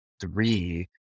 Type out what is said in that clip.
three